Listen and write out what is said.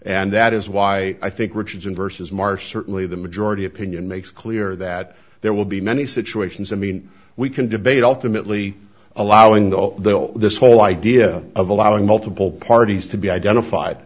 and that is why i think richardson vs marre certainly the majority opinion makes clear that there will be many situations i mean we can debate ultimately allowing the although this whole idea of allowing multiple parties to be identified